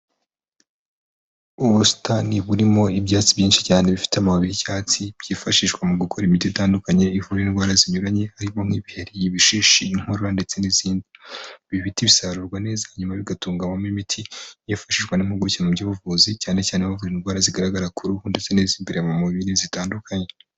Ubusitani burimo ibyatsi byinshi cyane bifite amababi y'icyatsi byifashishwa mu gukora imiti itandukanye ivura indwara zinyuranye zirimo nk'ibiheri, ibishishi inkorora ndetse n'izindi ibi biti bisarurwa neza nyuma bigatunganywamo imiti yifashishwa n'impuguke mu by'ubuvuzi cyane cyane bavura indwara zigaragara ku ruhu ndetse n'izimbere mu mubiri zitandukanye.